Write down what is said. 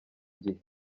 gihe